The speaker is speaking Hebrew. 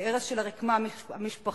להרס של הרקמה המשפחתית,